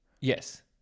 Yes